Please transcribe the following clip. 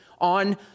on